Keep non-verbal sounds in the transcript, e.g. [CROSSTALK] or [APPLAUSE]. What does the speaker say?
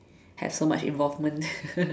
have so much involvement [LAUGHS]